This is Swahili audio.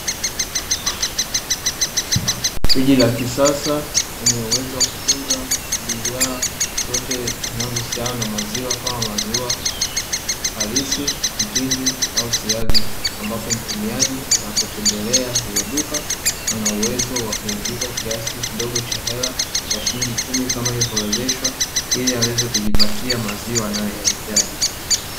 Friji la kisasa lenye uwezo wa kutunza bidhaa zote zinazohusiana na maziwa, kama maziwa halisi, mtindi au siagi, ambapo mtumiaji anapotembelea hilo duka, ana uwezo wa kuingiza kiasi kidogo cha hhela shilingi kumi kama ilivyoorozeshwa ili aweze kujipatia maziwa anayoyahitaji.